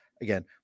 Again